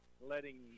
letting